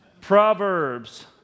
Proverbs